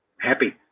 happy